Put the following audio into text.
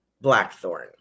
Blackthorn